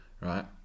Right